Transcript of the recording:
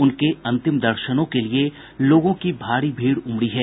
उनके अंतिम दर्शनों के लिये लोगों की भारी भीड़ उमड़ी है